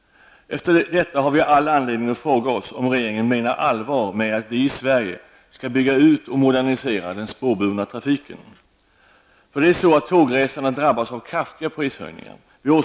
Efter detta har vi all anledning att fråga oss om regeringen menar allvar med att vi skall bygga ut och modernisera den spårburna trafiken i Sverige. Tågresandet drabbas ju av kraftiga prishöjningar.